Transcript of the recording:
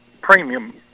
premium